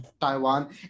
Taiwan